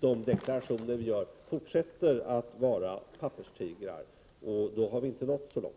de deklarationer vi gör fortsätter att vara papperstigrar, och då har vi inte nått så långt.